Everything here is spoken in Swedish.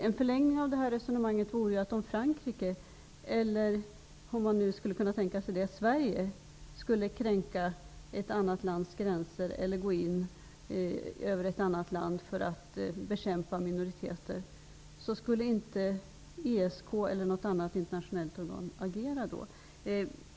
En förlängning av detta resonemang vore om Frankrike, eller kanske Sverige, skulle kränka ett annat lands gränser eller gå in i ett annat land för att bekämpa en minoritet; skulle inte ESK eller något annat internationellt organ agera då?